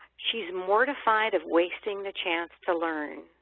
she is mortified of wasting the chance to learn.